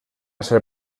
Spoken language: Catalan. ser